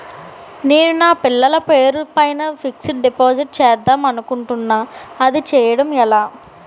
నేను నా పిల్లల పేరు పైన ఫిక్సడ్ డిపాజిట్ చేద్దాం అనుకుంటున్నా అది చేయడం ఎలా?